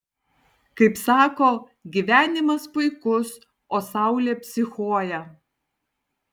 kaip sako gyvenimas puikus o saulė psichuoja